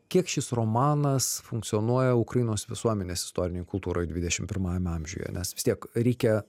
kiek šis romanas funkcionuoja ukrainos visuomenės istorinėj kultūroj dvidešim pirmajame amžiuje nes vis tiek reikia